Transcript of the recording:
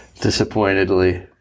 Disappointedly